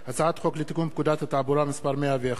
הצעת חוק התקשורת (בזק ושידורים)